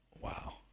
Wow